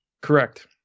Correct